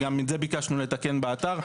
גם את זה ביקשנו לתקן באתר,